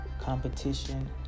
competition